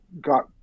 got